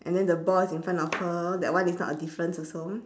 and then the ball is in front of her that one is not a difference also